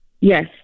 Yes